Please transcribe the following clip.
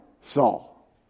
Saul